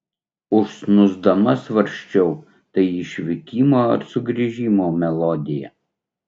užsnūsdama svarsčiau tai išvykimo ar sugrįžimo melodija